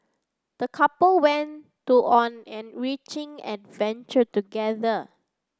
the couple went to on an enriching adventure together